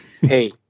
Hey